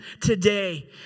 today